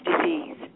disease